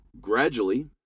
gradually